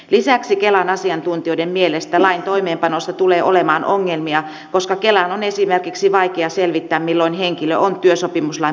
lisäksi kelan asiantuntijoiden mielestä lain toimeenpanossa tulee olemaan ongelmia koska kelan on esimerkiksi vaikea selvittää milloin henkilö on työsopimuslain mukaisella vapaalla